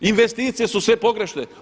Investicije su sve pogrešne.